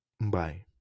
Bye